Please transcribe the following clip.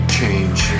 change